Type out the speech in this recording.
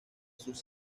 sus